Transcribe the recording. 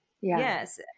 Yes